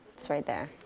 it's right there.